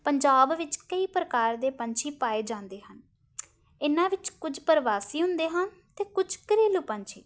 ਪੰਜਾਬ ਵਿੱਚ ਕਈ ਪ੍ਰਕਾਰ ਦੇ ਪੰਛੀ ਪਾਏ ਜਾਂਦੇ ਹਨ ਇਹਨਾਂ ਵਿੱਚ ਕੁਝ ਪ੍ਰਵਾਸੀ ਹੁੰਦੇ ਹਨ ਅਤੇ ਕੁਝ ਘਰੇਲੂ ਪੰਛੀ